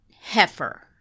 Heifer